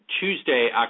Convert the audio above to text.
Tuesday